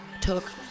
took